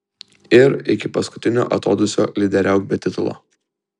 ir iki paskutinio atodūsio lyderiauk be titulo